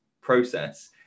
process